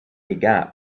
gap